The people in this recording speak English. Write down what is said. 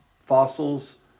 fossils